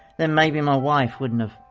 then maybe my wife wouldn't have,